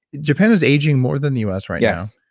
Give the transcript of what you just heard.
japan is aging more than the u s. right yeah